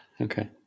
Okay